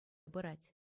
пырать